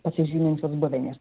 pasižyminčios buveinės